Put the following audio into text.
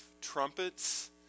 Trumpets